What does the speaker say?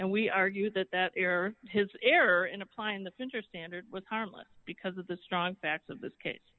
and we argue that that error his error in applying the printer standard was harmless because of the strong facts of this case